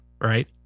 right